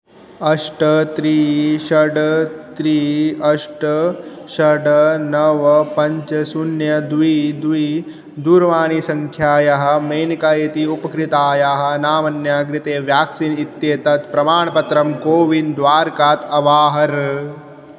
अष्ट त्रीणि षट् त्रीणि अष्ट षट् नव पञ्च शून्यं द्वे द्वे दूरवाणीसङ्ख्यायाः मेनका इति उपकृतायाः नामन्याः कृते व्याक्सीन् इत्येतत् प्रमाणपत्रं कोविन् द्वारकात् अवाहर